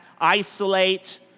isolate